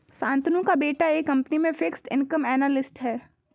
शांतनु का बेटा एक कंपनी में फिक्स्ड इनकम एनालिस्ट है